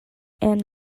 and